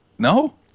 No